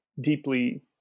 deeply